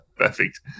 Perfect